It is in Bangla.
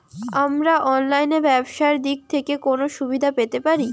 আমরা অনলাইনে ব্যবসার দিক থেকে কোন সুবিধা পেতে পারি?